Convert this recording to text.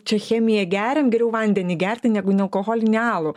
čia chemiją geriam geriau vandenį gerti negu nealkoholinį alų